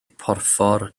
porffor